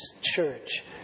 church